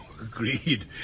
Agreed